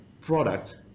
product